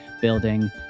building